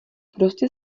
prostě